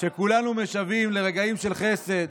כשכולנו משוועים לרגעים של חסד,